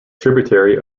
tributary